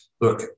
Look